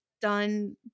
done